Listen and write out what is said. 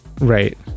Right